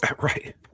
Right